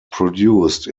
produced